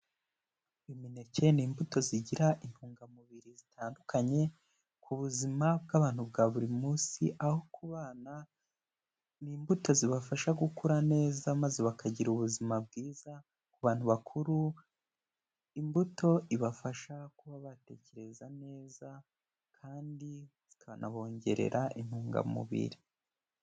Imineke ni imbuto zigira intungamubiri zitandukanye ku buzima bw'abantu bwa buri munsi, aho k'ubana n'imbuto zibafasha gukura neza maze bakagira ubuzima bwiza, ku bantu bakuru imbuto ibafasha kuba batekereza neza kandi zikanabongerera intungamubiri.